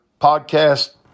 podcast